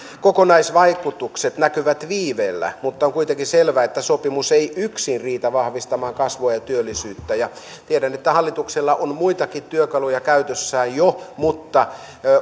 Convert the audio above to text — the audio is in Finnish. kokonaisvaikutukset näkyvät viiveellä mutta on kuitenkin selvää että sopimus ei yksin riitä vahvistamaan kasvua ja työllisyyttä tiedän että hallituksella on muitakin työkaluja käytössään jo mutta